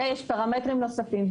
יש פרמטרים נוספים.